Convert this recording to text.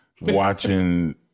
watching